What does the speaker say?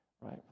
right